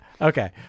Okay